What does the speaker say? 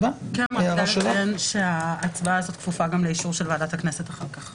כדאי לציין שההצבעה הזו כפופה גם לאישור ועדת הכנסת אחר כך.